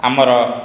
ଆମର